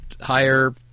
higher